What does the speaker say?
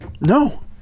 no